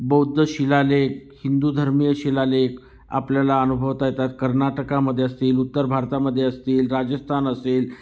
बौद्ध शिलालेख हिंदूधर्मीय शिलालेख आपल्याला अनुभवता येतात कर्नाटकामध्ये असतील उत्तर भारतामध्ये असतील राजस्थान असेल